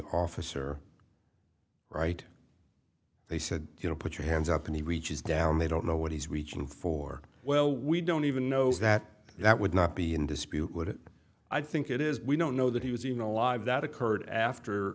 officer right they said you know put your hands up and he reaches down they don't know what he's reaching for well we don't even know that that would not be in dispute would it i think it is we don't know that he was even alive that occurred after